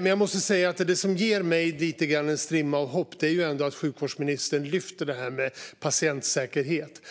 Men det som ger mig en liten strimma av hopp är att sjukvårdsministern ändå lyfter detta med patientsäkerhet.